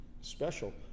special